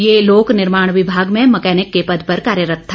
ये लोक निर्माण विभाग में मकैनिक के पद पर कार्यरत था